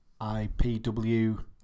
IPW